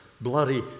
bloody